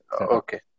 okay